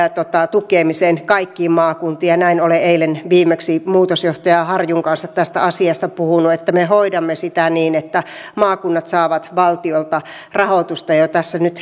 tukemiseen kaikkiin maakuntiin näin olen eilen viimeksi muutosjohtaja harjun kanssa tästä asiasta puhunut että me hoidamme sitä niin että maakunnat saavat valtiolta rahoitusta nyt